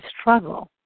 struggle